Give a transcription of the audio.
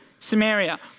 Samaria